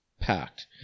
packed